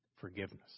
Forgiveness